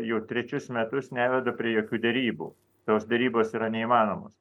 jau trečius metus neveda prie jokių derybų tos derybos yra neįmanomos